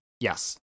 yes